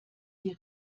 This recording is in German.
die